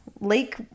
lake